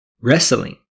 wrestling